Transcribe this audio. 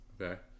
Okay